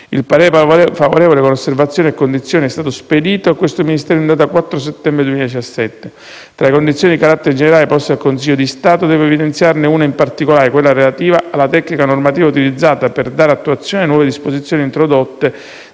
Il parere favorevole con osservazioni e condizioni è stato spedito a questo Ministero in data 4 settembre 2017. Tra le condizioni di carattere generale poste dal Consiglio di Stato devo evidenziarne una in particolare: quella relativa alla tecnica normativa utilizzata per dare attuazione alle nuove disposizioni introdotte